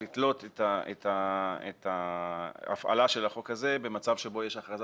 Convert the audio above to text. לתלות את ההפעלה של החוק הזה במצב שבו יש הכרזה